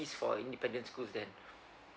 it's for independent schools then